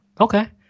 Okay